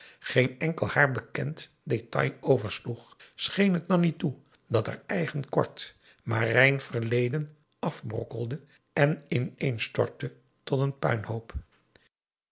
geen enkel haar bekend detail oversloeg scheen het nanni toe dat haar eigen kort maar rein verleden afbrokkelde en inéénstortte tot een puinhoop